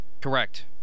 Correct